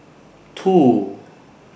two